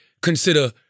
consider